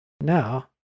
Now